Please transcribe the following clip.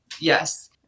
Yes